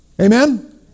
Amen